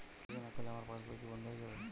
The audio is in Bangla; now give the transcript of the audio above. কে.ওয়াই.সি না করলে আমার পাশ বই কি বন্ধ হয়ে যাবে?